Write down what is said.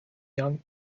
young